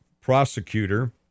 prosecutor